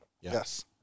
yes